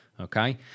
okay